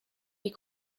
die